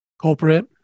culprit